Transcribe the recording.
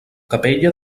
capella